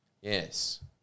Yes